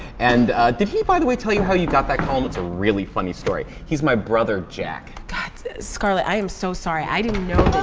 and did he, by the way, tell you how you got back home? it's a really funny story. he's my brother, jack. god scarlett, i am so sorry! i didn't know